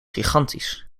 gigantisch